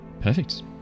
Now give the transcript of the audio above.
Perfect